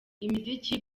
imiziki